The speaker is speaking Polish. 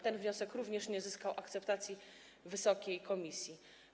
Ten wniosek również nie zyskał akceptacji wysokiej komisji.